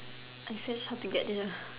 I searched how to get dinner